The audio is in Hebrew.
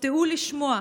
תופתעו לשמוע,